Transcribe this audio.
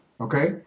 Okay